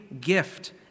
gift